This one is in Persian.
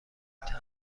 تمبر